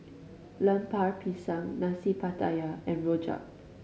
Lemper Pisang Nasi Pattaya and rojak